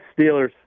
Steelers